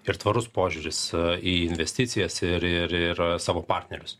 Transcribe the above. ir tvarus požiūris į investicijas ir ir ir savo partnerius